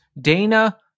Dana